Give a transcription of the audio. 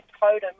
totem